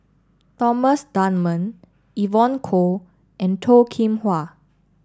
Thomas Dunman Evon Kow and Toh Kim Hwa